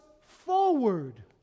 forward